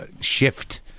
shift